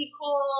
cool